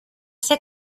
ser